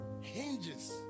hinges